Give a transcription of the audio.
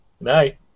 Night